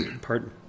Pardon